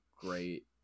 Great